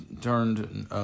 turned